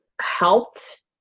helped